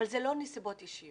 אבל זה לא נסיבות אישיות.